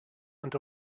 and